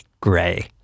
Gray